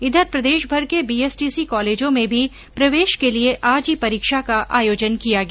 इधर प्रदेशभर के बीएसटीसी कॉलेजों में भी प्रवेश के लिए आज ही परीक्षा का आयोजन किया गया